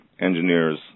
engineers